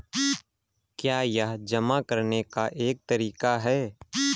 क्या यह जमा करने का एक तरीका है?